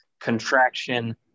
contraction